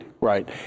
Right